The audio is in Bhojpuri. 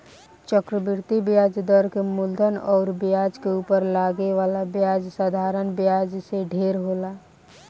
चक्रवृद्धि ब्याज दर के मूलधन अउर ब्याज के उपर लागे वाला ब्याज साधारण ब्याज से ढेर होला